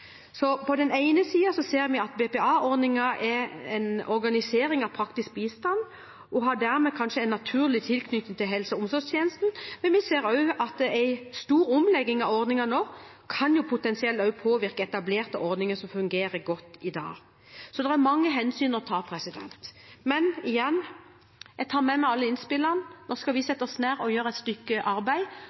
På den ene siden ser vi at BPA-ordningen er en organisering av praktisk bistand, og dermed kanskje har en naturlig tilknytning til helse- og omsorgstjenesten, men vi ser også at en stor omlegging av ordningen nå kan ha potensial til å påvirke etablerte ordninger som fungerer godt i dag. Så det er mange hensyn å ta. Men igjen, jeg tar med meg alle innspillene. Nå skal vi sette oss ned og gjøre et stykke arbeid,